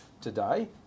Today